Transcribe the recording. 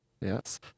yes